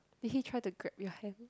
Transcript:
did he try to grab your hand